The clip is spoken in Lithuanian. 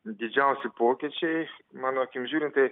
didžiausi pokyčiai mano akim žiūrint tai